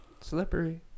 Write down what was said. Slippery